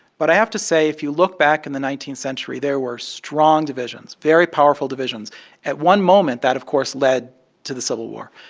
but i have to say, if you look back in the nineteenth century, there were strong divisions very powerful divisions at one moment, that, of course, led to the civil war.